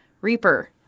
Reaper